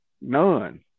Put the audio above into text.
none